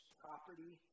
property